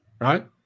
right